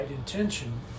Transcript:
intention